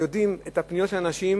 מכירים את הפניות של אנשים,